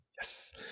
Yes